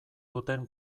duten